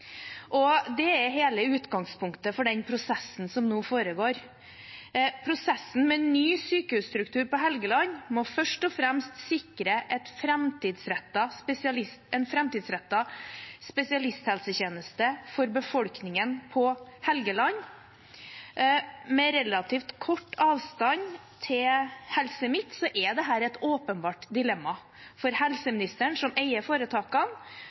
Og det er hele utgangspunktet for den prosessen som nå foregår. Prosessen med ny sykehusstruktur på Helgeland må først og fremst sikre en framtidsrettet spesialisthelsetjeneste for befolkningen på Helgeland. Med relativt kort avstand til Helse Midt-Norge er dette åpenbart et dilemma for helseministeren – som eier foretakene